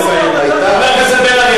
חבר הכנסת בן-ארי, אני מאוד מאוד מודה.